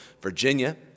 Virginia